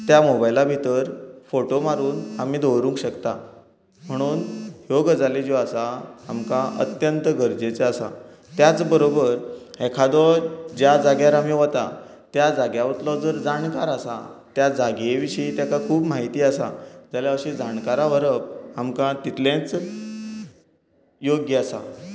त्या मोबायला भितर फोटो मारून आमी दवरूंक शक्ता म्हणून ह्यो गजाली ज्यो आसा आमकां अत्यंत गरजेच्यो आसा त्याच बरोबर एखादो ज्या जाग्यार आमी वता त्या जाग्या उचलो तर जाणकार आसा त्या जागे विशीं ताका खूब माहिती आसा जाल्यार अशें जाणकाराक व्हरप आमकां तितलेंच योग्य आसा